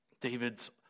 David's